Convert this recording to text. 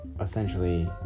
essentially